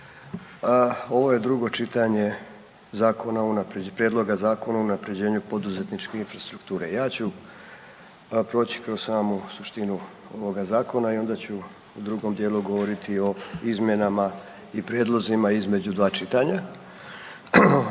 Prijedloga Zakona o unaprjeđenju poduzetničke infrastrukture. Ja ću proći kroz samu suštinu ovoga Zakona i onda ću u drugom dijelu govoriti o izmjenama i prijedlozima između dva čitanja.